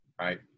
right